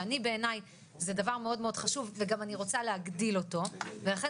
שבעיני זה דבר מאוד מאוד חשוב וגם אני רוצה להגדיל אותו ולכן